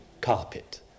carpet